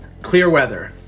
Clearweather